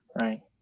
right